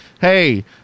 Hey